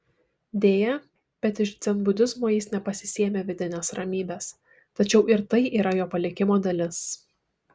deja bet iš dzenbudizmo jis nepasisėmė vidinės ramybės tačiau ir tai yra jo palikimo dalis